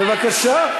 בבקשה.